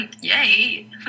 yay